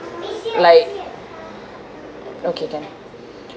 like okay can